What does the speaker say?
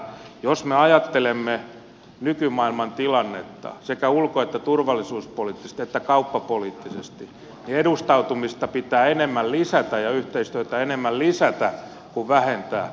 jos me ajattelemme nykymaailman tilannetta sekä ulko että turvallisuuspoliittista että kauppapoliittista niin edustautumista pitää enemmän lisätä ja yhteistyötä enemmän lisätä kuin vähentää